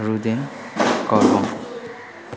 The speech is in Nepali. रुदेन कलबङ